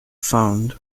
found